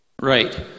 Right